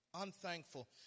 unthankful